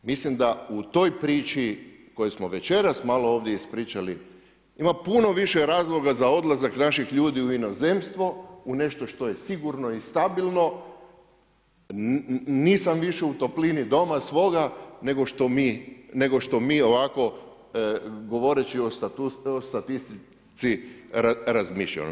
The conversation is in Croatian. Mislim da u toj priči koju smo večeras malo ovdje ispričali ima puno više razloga za odlazak naših ljudi u inozemstvo, u nešto što je sigurno i stabilno, nisam više u toplini doma svoga nego što mi ovako govoreći o statistici razmišljamo.